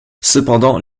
cependant